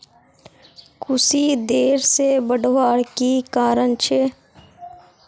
कुशी देर से बढ़वार की कारण छे?